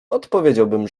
odpowiedziałbym